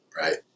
right